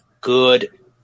good